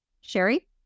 Sherry